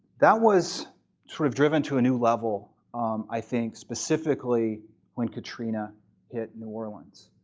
that was sort of driven to a new level i think specifically when katrina hit new orleans.